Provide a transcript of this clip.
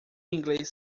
inglês